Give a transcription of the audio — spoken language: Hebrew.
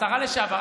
השרה לשעבר,